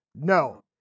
No